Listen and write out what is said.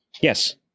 Yes